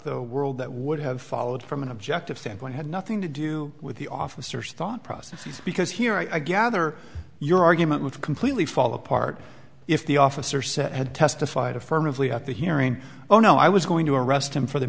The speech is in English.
the world that would have followed from an objective standpoint had nothing to do with the officers thought process because here i gather your argument with completely fall apart if the officer said had testified affirmatively at the hearing oh no i was going to arrest him for the